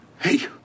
Hey